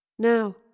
Now